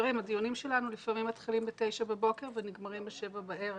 הדיונים שלנו לפעמים מתחילים ב-09:00 בבוקר ונגמרים ב-19:00 בערב.